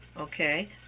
Okay